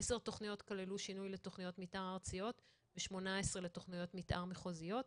10 תכניות כללו שינוי לתכניות מתאר ארציות ו-18 לתכניות מתאר מחוזיות.